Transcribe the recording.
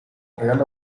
real